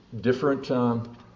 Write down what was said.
different